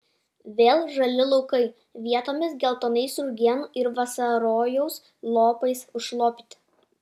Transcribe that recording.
vėl žali laukai vietomis geltonais rugienų ir vasarojaus lopais užlopyti